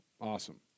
awesome